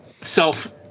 self